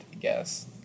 guess